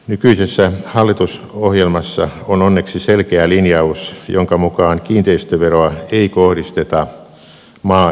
nykyisessä hallitusohjelmassa on onneksi selkeä linjaus jonka mukaan kiinteistöveroa ei kohdisteta maa eikä metsätalousmaahan